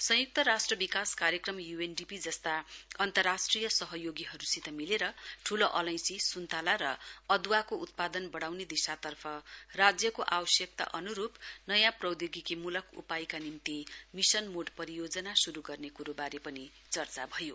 संयुक्त राष्ट्र विकास कार्यक्रम यू एन डी पी जस्ता अन्तर्राष्ट्रिय सहयोगीहरुसित मिलेर ठूलो अलैंची सुन्तला र अदुवाको उत्पादन बढ़ाउने दिशा राज्यको आवश्यकता अनुरुप नयाँ प्रौधोगिकी उपायका निम्ति मिशन मोड़ परियोजना शुरु गर्ने कुरोवारे पनि चर्चा भयो